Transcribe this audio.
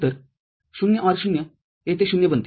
तर 0 OR 0 येथे 0 बनते